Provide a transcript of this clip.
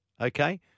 Okay